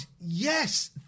Yes